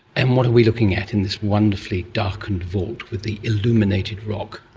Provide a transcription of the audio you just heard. and what are we looking at in this wonderfully darkened fault with the illuminated rock?